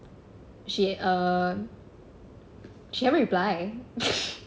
she err she haven't reply